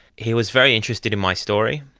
he was very interested in my story.